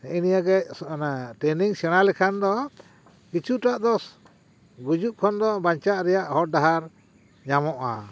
ᱱᱮᱜ ᱮ ᱱᱤᱭᱟᱹᱜᱮ ᱥᱚ ᱴᱨᱮᱱᱤᱝ ᱥᱮᱬᱟ ᱞᱮᱠᱷᱟᱱ ᱫᱚ ᱠᱤᱪᱷᱩᱴᱟᱜ ᱫᱚ ᱜᱩᱡᱩᱜ ᱠᱷᱚᱱ ᱫᱚ ᱵᱟᱧᱪᱟᱜ ᱨᱮᱭᱟᱜ ᱦᱚᱨ ᱰᱟᱦᱟᱨ ᱧᱟᱢᱚᱜᱼᱟ